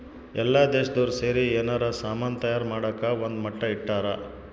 ಎಲ್ಲ ದೇಶ್ದೊರ್ ಸೇರಿ ಯೆನಾರ ಸಾಮನ್ ತಯಾರ್ ಮಾಡಕ ಒಂದ್ ಮಟ್ಟ ಇಟ್ಟರ